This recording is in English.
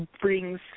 brings